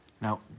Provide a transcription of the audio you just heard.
Now